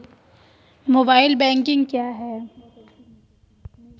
Mobile banking क्या है?